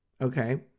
Okay